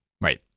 right